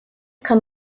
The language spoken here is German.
kann